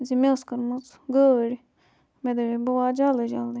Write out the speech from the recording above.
زِ مےٚ ٲس کٔرمٕژ گٲڑۍ مےٚ دَپے بہٕ واتہٕ جلدی جلدی